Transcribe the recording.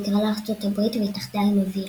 היא היגרה לארצות הברית והתאחדה עם אביה.